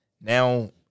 now